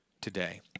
today